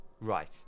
Right